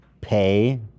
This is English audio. pay